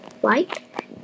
white